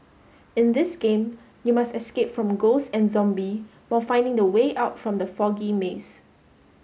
in this game you must escape from ghost and zombie while finding the way out from the foggy maze